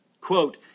quote